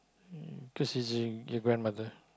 mm cause it's y~ your grandmother